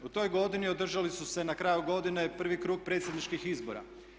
U toj godini održali su se na kraju godine prvi krug predsjedničkih izbora.